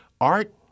Art